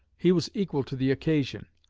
he was equal to the occasion.